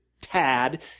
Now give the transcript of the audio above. tad